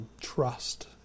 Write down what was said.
trust